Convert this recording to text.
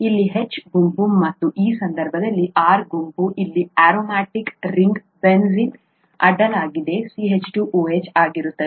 ಇಲ್ಲಿ H ಗುಂಪು ಮತ್ತು ಈ ಸಂದರ್ಭದಲ್ಲಿ R ಗುಂಪು ಇಲ್ಲಿ ಆರೊಮ್ಯಾಟಿಕ್ ರಿಂಗ್ನಾದ್ಯಂತ ಬೆಂಜೀನ್ ಅಡ್ಡಲಾಗಿ CH2 OH ಆಗಿರುತ್ತದೆ